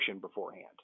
beforehand